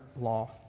law